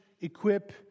equip